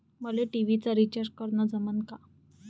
मले टी.व्ही चा रिचार्ज करन जमन का?